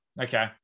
okay